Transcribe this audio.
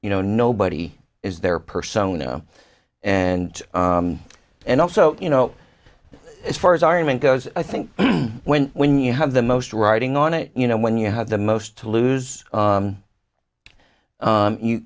you know nobody is their persona and and also you know as far as argument goes i think when when you have the most riding on it you know when you have the most to lose